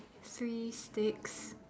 three sticks